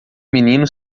menino